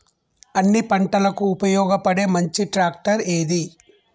అన్ని పంటలకు ఉపయోగపడే మంచి ట్రాక్టర్ ఏది?